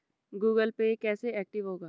Google Pay कैसे active होगा?